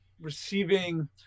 receiving